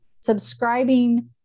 subscribing